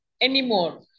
anymore